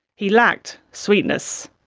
he lacked sweetness.